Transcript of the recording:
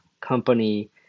company